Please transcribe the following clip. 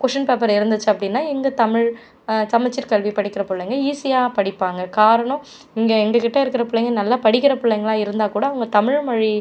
question paper இருந்துச்சு அப்படின்னா இங்கே தமிழ் சமச்சீர் கல்வி படிக்கிற பிள்ளைங்க ஈஸியாக படிப்பாங்க காரணம் இங்கே எங்ககிட்ட இருக்கிற பிள்ளைங்க நல்லா படிக்கிற பிள்ளைங்களா இருந்தாகூட அவங்க தமிழ் மொழி